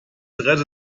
rette